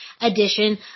edition